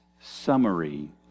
summary